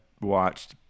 watched